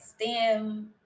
stem